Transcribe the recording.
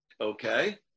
okay